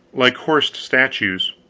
like horsed statues.